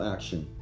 Action